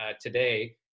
today